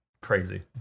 crazy